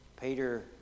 Peter